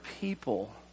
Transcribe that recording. people